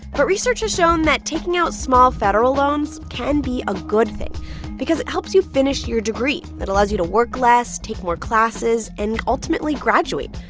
but research has shown that taking out small federal loans can be a good thing because it helps you finish your degree. it allows you to work less, take more classes and, ultimately, graduate,